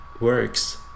works